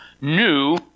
new